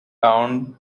owned